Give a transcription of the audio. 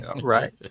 Right